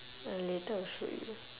I later will show you